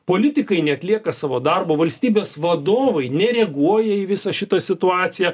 politikai neatlieka savo darbo valstybės vadovai nereaguoja į visą šitą situaciją